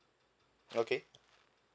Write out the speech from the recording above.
okay